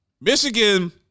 Michigan